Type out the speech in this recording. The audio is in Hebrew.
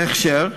בהכשר,